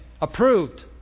approved